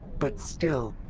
but still,